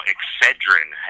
Excedrin